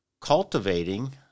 cultivating